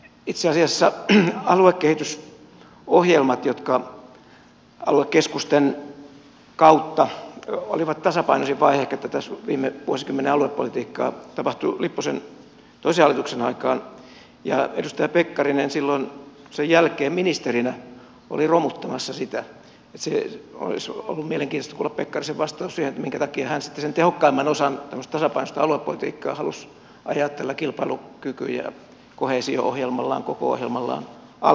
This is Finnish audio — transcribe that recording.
itse asiassa aluekehitysohjelmat jotka aluekeskusten kautta olivat tasapainoisin vaihe ehkä tätä viime vuosikymmenen aluepolitiikkaa tapahtui lipposen toisen hallituksen aikaan ja edustaja pekkarinen silloin sen jälkeen ministerinä oli romuttamassa niitä joten olisi ollut mielenkiintoista kuulla pekkarisen vastaus siihen minkä takia hän sitten sen tehokkaimman osan tämmöistä tasapainoista aluepolitiikkaa halusi ajaa tällä kilpailukyky ja koheesio ohjelmallaan koko ohjelmallaan alas